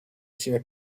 cime